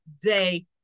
day